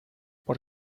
por